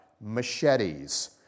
machetes